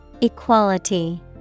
Equality